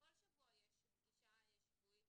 שכל שבוע יש פגישה שבועית,